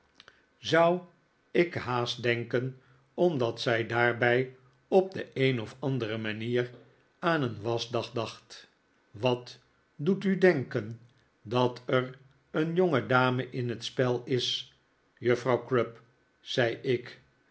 zou ik haast denken omdat zij daarbij op de een of andere manier aan een waschdag dacht wat doet u denken dat er een jongedame in het spel is juffrouw crupp zei ik